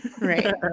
Right